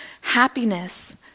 Happiness